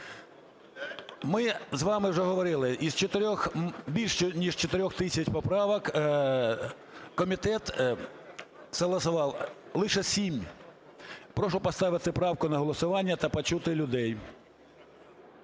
Ми з вами вже говорили, із більш ніж 4 тисяч поправок комітет погодив лише 7. Прошу поставити правку на голосування та почути людей.